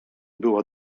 była